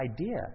idea